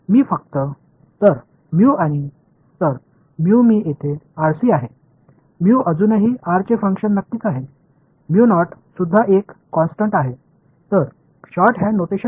எனவே சுருக்கெழுத்து குறியீட்டில் நான் இதை ஒரு புதியதாக எழுதுகிறேன் ஆனால் அவை அனைத்தும் ஸ்பேஸ் செயல்பாடுகள்